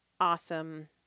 awesome